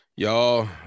Y'all